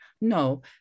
no